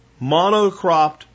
monocropped